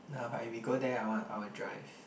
no but if we go there I want I will drive